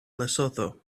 lesotho